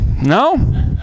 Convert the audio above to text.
No